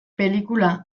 pelikula